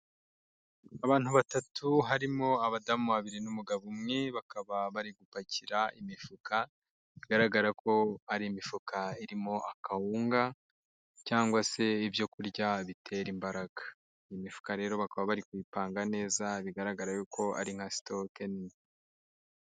Abantu batatu harimo abadamu babiri n'umugabo umwe, bakaba bari gupakira imifuka, bigaragara ko ari imifuka irimo akawunga cyangwa se ibyo kurya bitera imbaraga, imifuka rero bakaba bari kuyipanga neza bigaragara yuko ari nka sitoke nini.